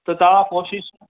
त तव्हां कोशिशि